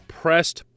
pressed